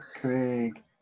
Craig